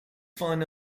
fine